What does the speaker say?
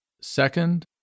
Second